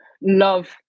love